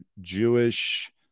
Jewish